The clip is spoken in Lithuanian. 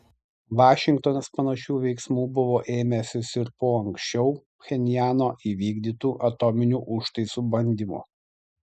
vašingtonas panašių veiksmų buvo ėmęsis ir po anksčiau pchenjano įvykdytų atominių užtaisų bandymų